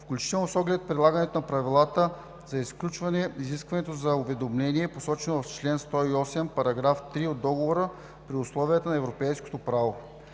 включително с оглед предлагането на правила за изключване на изискването за уведомление, посочено в чл. 108, § 3 от договора, при условията на европейското право.